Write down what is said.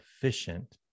efficient